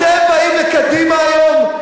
אתם באים לקדימה היום?